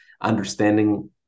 understanding